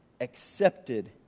accepted